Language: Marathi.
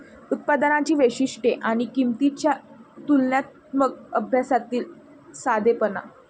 उत्पादनांची वैशिष्ट्ये आणि किंमतींच्या तुलनात्मक अभ्यासातील साधेपणा